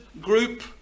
group